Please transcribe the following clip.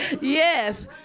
Yes